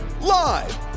live